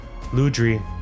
Ludri